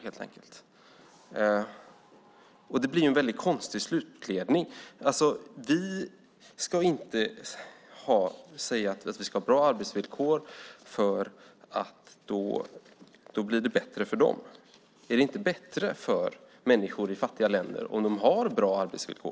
Det blir en väldigt konstig slutledning. Vi ska inte säga att vi ska ha bra arbetsvillkor, får då blir det bättre för dem. Är det inte bättre för människor i fattiga länder om de har bra arbetsvillkor?